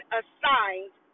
assigned